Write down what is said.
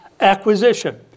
acquisition